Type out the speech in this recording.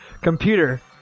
Computer